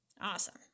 Awesome